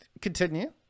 continue